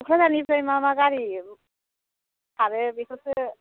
क'क्राझारनिफ्राय मा मा गारि खारो बेखौसो